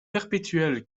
perpétuel